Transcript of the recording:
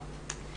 100 שנים אחורה.